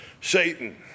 Satan